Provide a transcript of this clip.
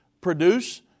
produce